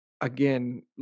again